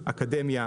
אקדמיה,